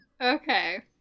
Okay